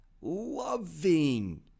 loving